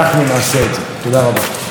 היו"ר טלי פלוסקוב: תודה רבה לחבר הכנסת יואל חסון.